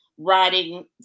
writing